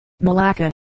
Malacca